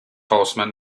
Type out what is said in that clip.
horsemen